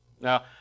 Now